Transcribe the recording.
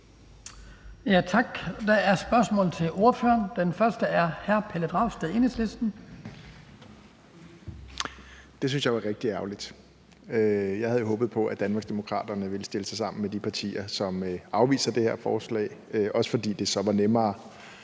fra hr. Pelle Dragsted, Enhedslisten. Kl. 16:09 Pelle Dragsted (EL): Det synes jeg jo er rigtig ærgerligt. Jeg havde jo håbet på, at Danmarksdemokraterne ville stille sig sammen med de partier, som afviser det her forslag, også fordi det så var nemmere,